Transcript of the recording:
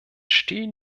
stehen